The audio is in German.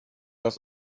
das